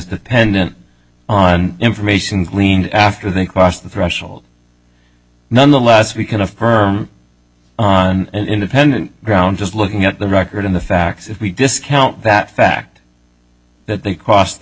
dependent on information gleaned after they crossed the threshold nonetheless we can affirm on independent ground just looking at the record in the facts if we discount that fact that they crossed the